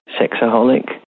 sexaholic